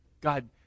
God